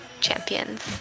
champions